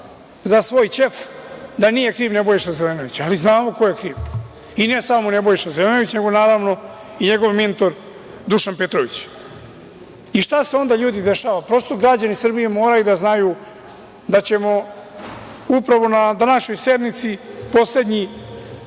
za svoj ćef, da nije kriv Nebojša Zelenović, ali znamo ko je kriv. I, ne samo Nebojša Zelenović, nego naravno i njegov mentor Dušan Petrović. Šta se onda ljudi dešava? Prosto, građani Republike Srbije treba da znaju da ćemo upravo na današnjoj sednici poslednji